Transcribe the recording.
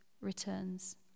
returns